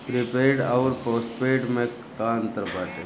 Prepaid अउर postpaid में का अंतर बाटे?